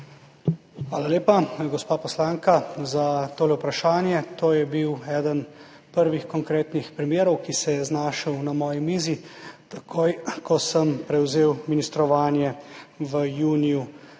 Hvala lepa, gospa poslanka, za to vprašanje. To je bil eden prvih konkretnih primerov, ki se je znašel na moji mizi takoj, ko sem junija letos prevzel ministrovanje. In